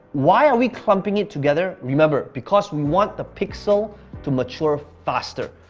why are we clumping it together? remember because we want the pixel to mature faster.